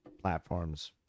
platforms